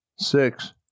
six